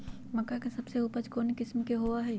मक्का के सबसे अच्छा उपज कौन किस्म के होअ ह?